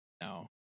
No